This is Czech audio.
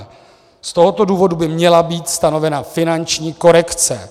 Z tohoto důvodu by měla být stanovena finanční korekce.